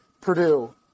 Purdue